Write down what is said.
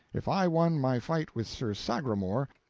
if i won my fight with sir sagramor,